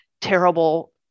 terrible